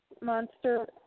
monster